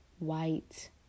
white